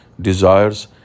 desires